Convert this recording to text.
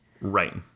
Right